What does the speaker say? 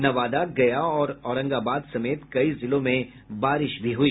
नवादा गया और औरंगाबाद समेत कई जिलों में बारिश भी हुई